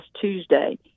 Tuesday